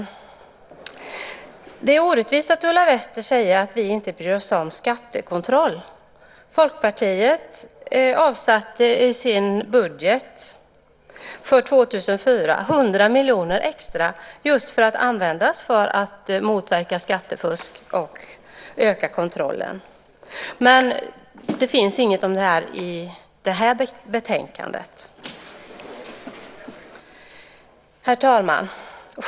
Det är orättvist att Ulla Wester säger att vi inte bryr oss om skattekontroll. Folkpartiet avsatte 100 miljoner extra i sin budget för 2004 just för att användas till att motverka skattefusk och öka kontrollen. Men det finns inget om det i det här betänkandet. Herr talman!